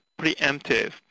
preemptive